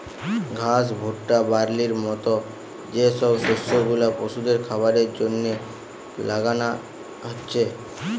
ঘাস, ভুট্টা, বার্লির মত যে সব শস্য গুলা পশুদের খাবারের জন্যে লাগানা হচ্ছে